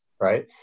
Right